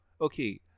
okay